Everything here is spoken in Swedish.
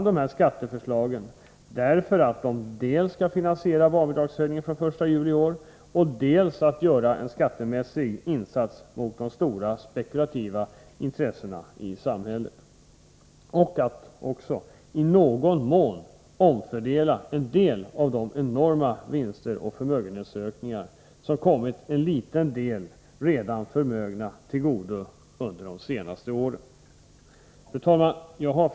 Dessa skatteförslag har vi lagt fram, dels för att tala om hur barnbidragshöjningen från den 1 juli skall finansieras, dels för att göra en skattemässig insats mot de stora spekulativa intressena i samhället. I någon mån gäller det också att omfördela en del av de enorma vinster och förmögenhetsökningar som kommit några få redan förmögna till godo under de senaste åren. Fru talman!